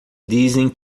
dizem